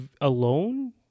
alone